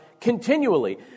continually